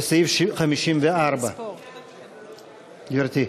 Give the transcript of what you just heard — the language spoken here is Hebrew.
לסעיף 54. גברתי.